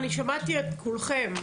אני שמעתי את כולכם,